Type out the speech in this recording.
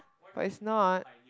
but it's not